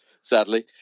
sadly